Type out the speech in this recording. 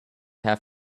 have